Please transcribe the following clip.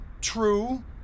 true